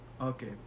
okay